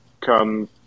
come